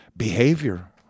Behavior